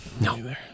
No